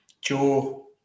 Joe